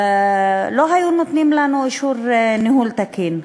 לא היו נותנים לנו אישור ניהול תקין.